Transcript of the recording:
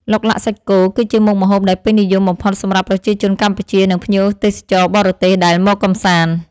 ឡុកឡាក់សាច់គោគឺជាមុខម្ហូបដែលពេញនិយមបំផុតសម្រាប់ប្រជាជនកម្ពុជានិងភ្ញៀវទេសចរបរទេសដែលមកកម្សាន្ត។